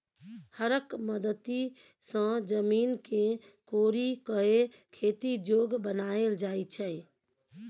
हरक मदति सँ जमीन केँ कोरि कए खेती जोग बनाएल जाइ छै